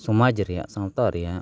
ᱥᱚᱢᱟᱡᱽ ᱨᱮᱭᱟᱜ ᱥᱟᱶᱛᱟ ᱨᱮᱭᱟᱜ